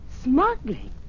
Smuggling